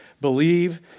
believe